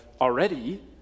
already